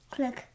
Click